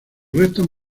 restos